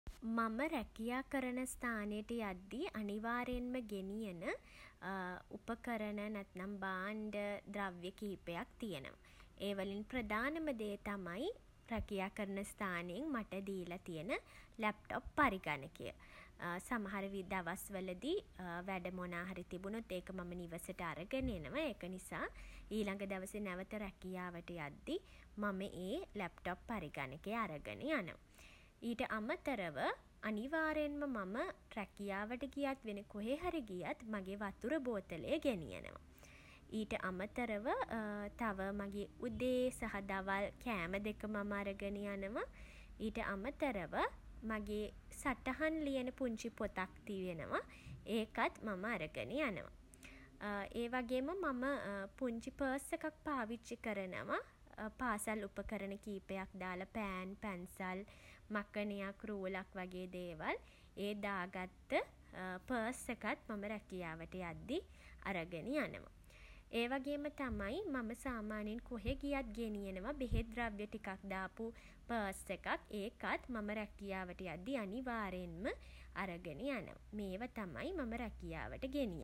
මිනිස් ජීවිතයක ඇති වටිනාකම කුමක්ද කියන ප්‍රශ්නයට නම් මට දෙන්න තියන උත්තරය තමයි ඇත්තටම මිනිස් ජීවිතය කියන්නේ ඉතාමත් ම වටිනා තෑග්ගක් විදිහටයි මම දකින්නේ. මොකද හැම කෙනෙක්ටම මිනිස් ජීවිතයක් ලබන්න ආශිර්වාදයක් නැහැ කියල මට හිතෙනවා. ඒකනේ අපි සතුන් මිනිසුන් කියලා දෙගොල්ලක් ඉන්නෙ. ඉතින් අපි සතෙක් වෙන්නේ නැතුව අපි මනුස්සයෙක් වෙලා තියෙන එක ගැන ඇත්තටම අපි ගොඩක් කෘතඥ වෙන්න ඕනෙ. මොකද මිනිස් ජීවිතයක් ලැබෙන එකෙන් අපිට සතුන්ට කරන්න බැරි බොහෝ දේවල් කරන්න පුළුවන්. අපිට හැඟීම් දැනීම් අනිත් අය සමග බෙදාගන්න පුළුවන්. අන් අයට උදව් උපකාර කරන්න පුළුවන්. ඒ වගේම මේ ජීවිතයේ බොහෝ දේ අත්දකින්න ඒවගේම ජයග්‍රහණ ලබන්න අසරණ වුණ අයට පිහිට වෙන්න පවා අපිට මේ මිනිස් ජීවිතයත් එක්ක පුළුවන්කම ලැබිලා තියෙනවා. ඉතින් ඒක කොතරම් වටිනවද කියල කරන්න බැරි තරමට මේ මිනිස් ජිවිතය හරිම වටිනවා. විවිධ ආගම්වල විවිධ දර්ශන වල මේ මිනිස් ජීවිතයක් ලැබීම කියන එක කොච්චර වටිනවද කියන එක පැහැදිලි කරලා දීලා තිබෙනවා. නමුත් අපි තේරුම් ගත යුතු දේ මේ වටිනා මිනිස් ජීවිතය අපි රැක ගන්න ඕනේ කියල.